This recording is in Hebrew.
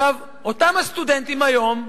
אותם סטודנטים היום,